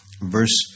verse